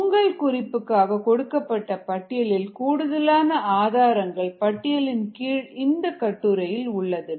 உங்கள் குறிப்புக்காக கொடுக்கப்பட்ட பட்டியலில் கூடுதலான ஆதாரங்கள் பட்டியலின் கீழ் இந்த கட்டுரை உள்ளது